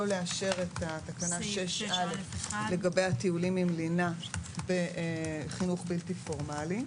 לא לאשר את התקנה 6(א) לגבי הטיולים עם לינה בחינוך בלתי פורמלי,